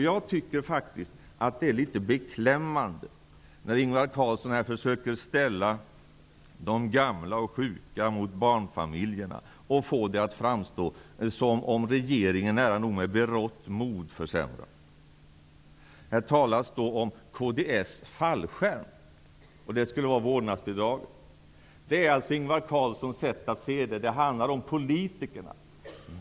Jag tycker faktiskt att det är litet beklämmande när Ingvar Carlsson försöker ställa de gamla och sjuka mot barnfamiljerna och få det att framstå som om regeringen med nära nog berått mod inför försämringar. Det talas här om kds fallskärm, och det skulle vara vårdnadsbidraget. Det är alltså Ingvar Carlssons sätt att se det. Det handlar om politikerna.